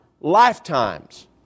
lifetimes